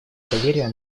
доверия